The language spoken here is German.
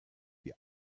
wie